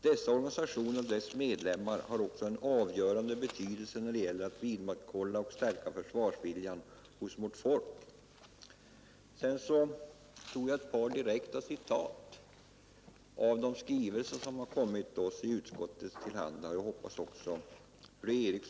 Dessa organisationer och deras medlemmar har också en avgörande betydelse när det gäller att vidmakthålla och stärka försvarsviljan hos vårt folk.” Jag anförde sedan ett par citat ur de skrivelser som kommit oss i utskottet — även fru Eriksson, hoppas jag — till handa.